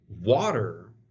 water